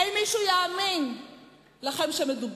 האם מישהו יאמין שמדובר,